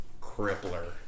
Crippler